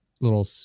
little